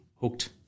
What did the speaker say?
hooked